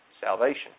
Salvation